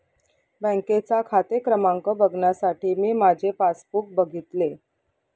बँकेचा खाते क्रमांक बघण्यासाठी मी माझे पासबुक बघितले